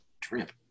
trip